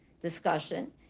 discussion